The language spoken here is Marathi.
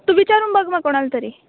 तू विचारून बघ मग कोणाला तरी